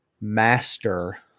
master